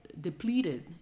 depleted